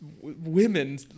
women